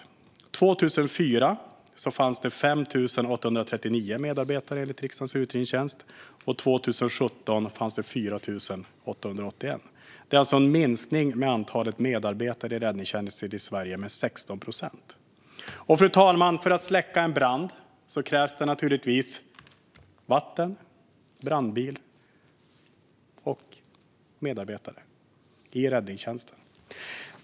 År 2004 fanns det 5 839 medarbetare, enligt riksdagens utredningstjänst. År 2017 fanns det 4 881. Det är alltså en minskning av antalet medarbetare i räddningstjänsten i Sverige med 16 procent. Fru talman! För att släcka en brand krävs naturligtvis vatten, en brandbil och medarbetare i räddningstjänsten.